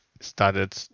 started